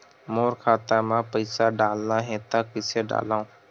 मोर खाता म पईसा डालना हे त कइसे डालव?